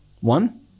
one